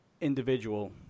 individual